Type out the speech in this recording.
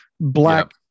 black